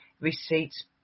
receipts